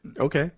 Okay